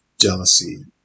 jealousy